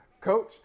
coach